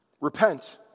Repent